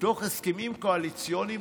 בתוך ההסכמים הקואליציוניים,